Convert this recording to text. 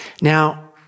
Now